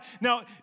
now